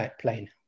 plane